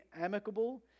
amicable